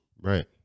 right